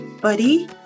buddy